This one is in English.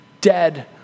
dead